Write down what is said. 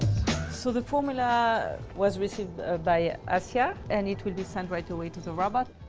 so the formula was received by assia, and it will be sent right away to the robot.